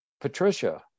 Patricia